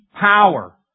power